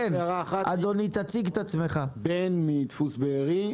אני מדפוס "בארי".